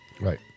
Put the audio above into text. Right